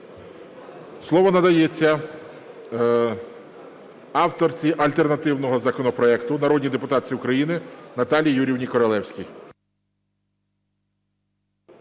Слово надається авторці альтернативного законопроекту народній депутатці України Наталії Юріївні Королевській.